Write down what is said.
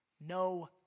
No